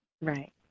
Right